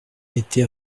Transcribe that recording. été